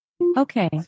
Okay